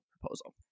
proposal